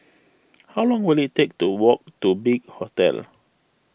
how long will it take to walk to Big Hotel